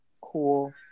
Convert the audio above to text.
Cool